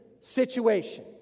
situation